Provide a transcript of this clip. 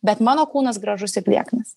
bet mano kūnas gražus ir lieknas